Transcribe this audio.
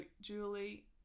julie